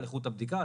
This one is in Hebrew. על איכות הבדיקה,